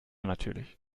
natürlich